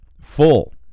full